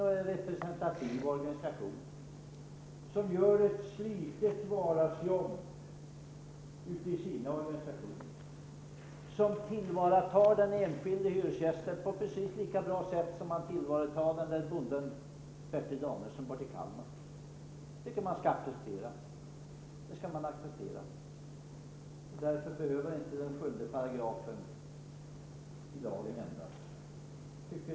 Det är en representativ organisation, som gör ett slitigt vardagsjobb, och som tillvaratar den enskilda hyresgästens intressen precis lika bra som Bertil Danielssons organisation tillvaratar hans intressen som bonde i Kalmar. Det skall man acceptera, tycker jag. Därför behöver inte 7 § i lagen ändras.